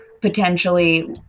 potentially